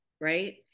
right